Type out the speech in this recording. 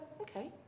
okay